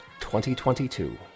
2022